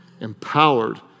empowered